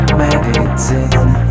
medicine